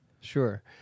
sure